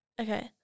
Okay